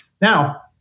Now